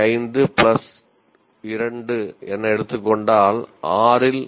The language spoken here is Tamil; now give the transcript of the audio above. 5 பிளஸ் 2 என எடுத்துக்கொண்டால் 6 இல் 3